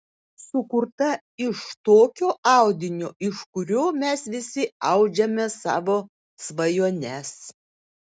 sukurta iš tokio audinio iš kurio mes visi audžiame savo svajones